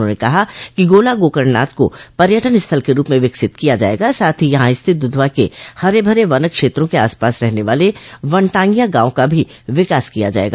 उन्होंने कहा कि गोला गोकरणनाथ को पर्यटन स्थल के रूप में विकसित किया जायेगा साथ ही यहां स्थित दुधवा के हरे भरे वन क्षेत्रों के आसपास रहने वाले वनटांगियां गांव का भी विकास किया जायेगा